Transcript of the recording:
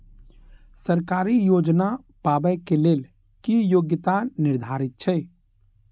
सरकारी योजना पाबे के लेल कि योग्यता निर्धारित छै?